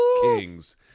Kings